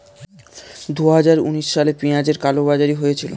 দুহাজার উনিশ সালে পেঁয়াজের কালোবাজারি হয়েছিল